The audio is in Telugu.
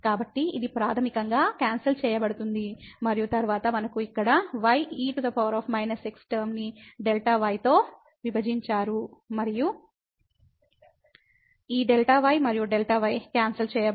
కాబట్టి ఇది ప్రాథమికంగా క్యాన్సల్ చేయబడుతుంది మరియు తరువాత మనకు ఇక్కడ ye x టర్మని Δy తో విభజించారు మరియు ఈ Δy మరియు Δy క్యాన్సల్ చేయబడతాయి